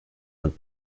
und